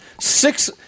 six